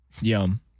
Yum